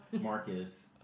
Marcus